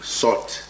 sought